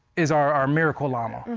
is our our miracle llama.